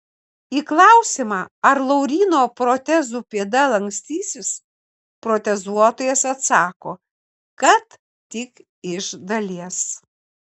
į klausimą ar lauryno protezų pėda lankstysis protezuotojas atsako kad tik iš dalies